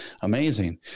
amazing